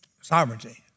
sovereignty